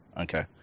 Okay